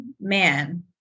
man